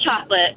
chocolate